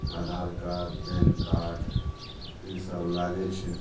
आधार card PAN card ईसब लागै छै